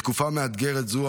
בתקופה מאתגרת זו,